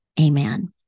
Amen